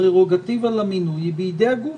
הפררוגטיבה למינוי היא בידי הגוף.